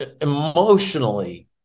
emotionally